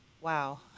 wow